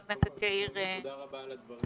תודה רבה על הדברים שלך.